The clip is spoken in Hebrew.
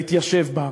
להתיישב בה.